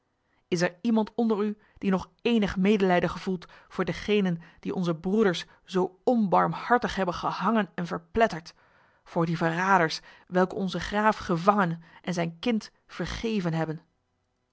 is er iemand onder u die nog enig medelijden gevoelt voor degenen die onze broeders zo onbarmhartig hebben gehangen en verpletterd voor die verraders welke onze graaf gevangen en zijn kind vergeven hebben